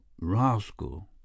rascal